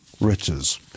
Riches